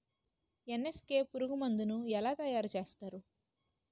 NSK పురుగు మందు ను ఎలా తయారు చేస్తారు?